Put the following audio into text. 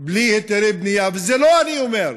בלי היתרי בנייה, וזה לא אני אומר,